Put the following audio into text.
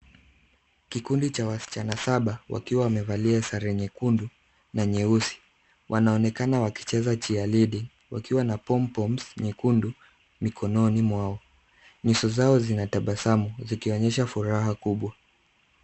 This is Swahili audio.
Kikundi cha wasichana saba, wakiwa wamevalia sare nyekundu na nyeusi. Wanaonekana wakicheza cheerleading wakiwa na pompoms nyekundu mikononi mwao. Nyuso zao zinatabasamu zikionyesha furaha kubwa.